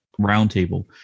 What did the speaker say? roundtable